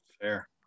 Fair